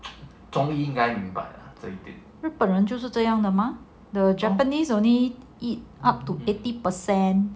日本人就是这样的吗 the japanese only eat up to eighty percent